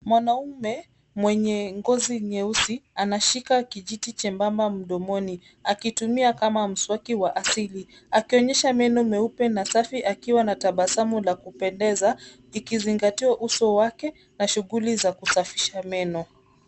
Mwanaume mwenye ngozi nyeusi anashika kijiti chembamba mdomoni akitumia kama mswaki wa asili akionyesha meno meupe na safi akiwa tabasamu la kupendeza ikizingatiwa uso wake na shughuli za kusafisha meno.